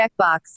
checkbox